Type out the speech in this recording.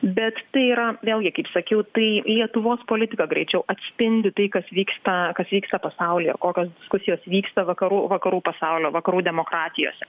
bet tai yra vėlgi kaip sakiau tai lietuvos politika greičiau atspindi tai kas vyksta kas vyksta pasaulyje ir kokios diskusijos vyksta vakarų vakarų pasaulio vakarų demokratijose